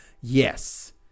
Yes